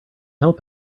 help